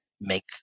make